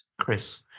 Chris